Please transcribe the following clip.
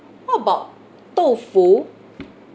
what about tofu